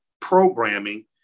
programming